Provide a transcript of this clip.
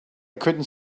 couldn’t